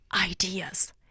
ideas